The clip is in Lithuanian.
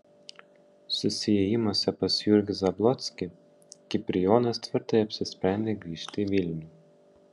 susiėjimuose pas jurgį zablockį kiprijonas tvirtai apsisprendė grįžti į vilnių